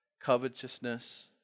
covetousness